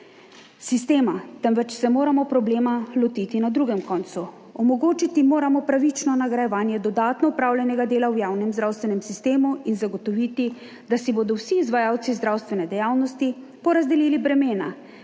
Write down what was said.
sistema, temveč se moramo problema lotiti na drugem koncu. Omogočiti moramo pravično nagrajevanje dodatno opravljenega dela v javnem zdravstvenem sistemu in zagotoviti, da si bodo vsi izvajalci zdravstvene dejavnosti porazdelili bremena